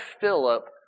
Philip